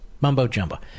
Mumbo-jumbo